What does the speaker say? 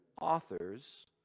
authors